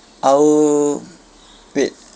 I'll wait